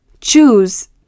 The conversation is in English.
choose